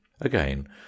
again